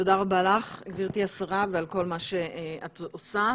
תודה רבה לך, גברתי השרה, ועל כל מה שאת עושה.